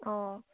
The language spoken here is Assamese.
অঁ